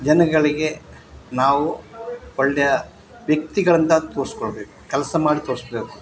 ಜನಗಳಿಗೆ ನಾವು ಒಳ್ಳೆಯ ವ್ಯಕ್ತಿಗಳಂತ ತೋರಿಸ್ಕೊಳ್ಬೇಕು ಕೆಲಸ ಮಾಡಿ ತೋರಿಸ್ಬೇಕು